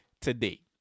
today